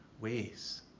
ways